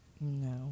no